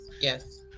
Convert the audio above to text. yes